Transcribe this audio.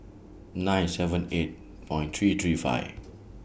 nine seven eight Point three three five